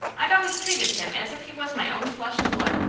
i've always treated him as if he was my own flesh and blood,